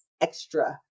extra